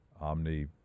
omni